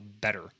better